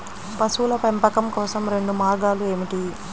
పశువుల పెంపకం కోసం రెండు మార్గాలు ఏమిటీ?